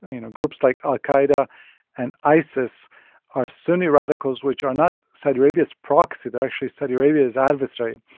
you know, groups like al-qaida and isis are sunni radicals, which are not saudi arabia's proxy they're actually saudi arabia's adversary.